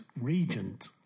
Regent